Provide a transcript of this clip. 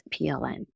PLN